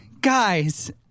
guys